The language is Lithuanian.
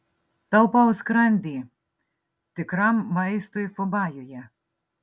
taupau skrandį tikram maistui fubajuje